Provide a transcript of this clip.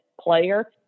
player